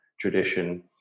tradition